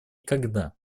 когда